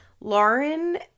Lauren